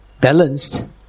balanced